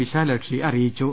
വിശാലാക്ഷി അറിയിച്ചു